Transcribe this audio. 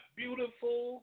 beautiful